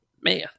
man